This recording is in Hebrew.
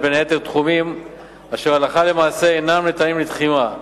בין היתר תחומים אשר הלכה למעשה אינם ניתנים לתחימה.